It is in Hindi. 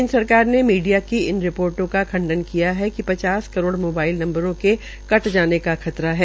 केन्द्र सरकार ने मीडिया की इन रिपोर्टो का खंडन किया है कि पचास करोड़ मोबाइल नम्बरों के कट जाने का खतरा है